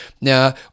Now